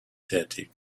tätig